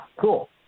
cool